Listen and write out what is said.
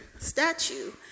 statue